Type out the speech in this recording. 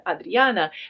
Adriana